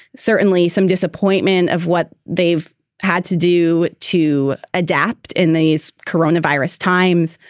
certainly some disappointment of what they've had to do to adapt in these coronavirus times.